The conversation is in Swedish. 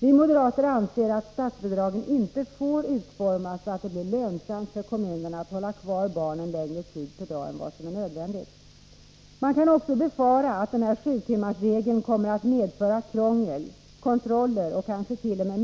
Vi moderater anser att statsbidragen inte får utformas så att det blir lönsamt för kommunerna att hålla kvar barnen längre tid per dag än vad som är nödvändigt. Man kan också befara att sjutimmarsregeln kommer att medföra krångel, kontroller och kansket.o.m.